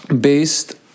based